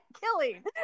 killing